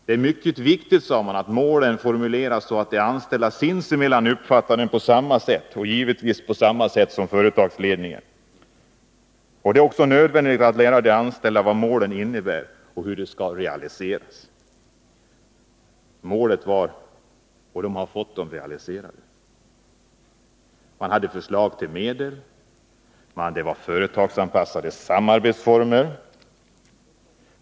Det är mycket viktigt, sade man, att formulera målen så att de anställda sinsemellan uppfattar dem på samma sätt, och givetvis på samma sätt som företagsledningen. Vidare hette det: ”Det är också nödvändigt att lära de anställda vad målen innebär och hur de skall realiseras.” Och man har fått dem realiserade. SAF hade också förslag till medel, men det gällde företagsanpassade samarbetsformer.